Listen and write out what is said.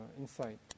insight